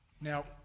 Now